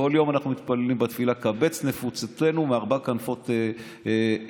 כל יום אנחנו מתפללים בתפילה "קבץ נידחינו מארבע כנפות הארץ".